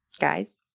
Guys